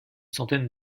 centaine